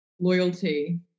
loyalty